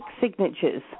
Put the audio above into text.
signatures